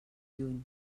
lluny